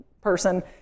person